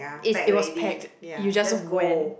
if it was packed you just went